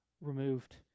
removed